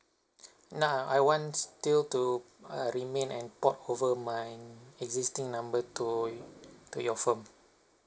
nah I want still to uh remain and port over my existing number to to your firm